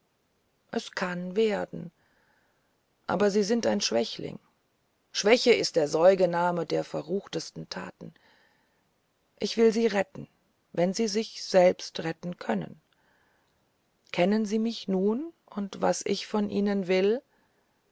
es kann werden aber sie sind ein schwächling schwäche ist die säugamme der verruchtesten taten ich will sie retten wenn sie sich selbst retten können kennen sie mich nun und was ich von ihnen will